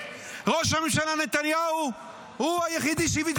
ראש הממשלה נתניהו הוא היחידי שהביא את